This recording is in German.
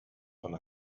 von